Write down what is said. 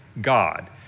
God